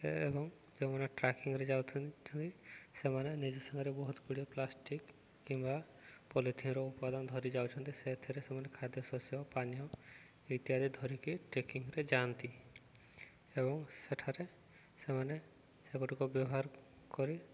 ଏବଂ ଯେଉଁମାନେ ଟ୍ରାକିଂରେ ଯାଉଛନ୍ତି ସେମାନେ ନିଜେ ସାଙ୍ଗରେ ବହୁତ ଗୁଡ଼ିଏ ପ୍ଲାଷ୍ଟିକ୍ କିମ୍ବା ପଲିଥିନ୍ର ଉପାଦାନ ଧରି ଯାଉଛନ୍ତି ସେଇଥିରେ ସେମାନେ ଖାଦ୍ୟ ଶସ୍ୟ ପାନୀୟ ଇତ୍ୟାଦି ଧରିକି ଟ୍ରେକିଂରେ ଯାଆନ୍ତି ଏବଂ ସେଠାରେ ସେମାନେ ସେଗୁଡ଼ିକ ବ୍ୟବହାର କରି